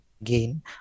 again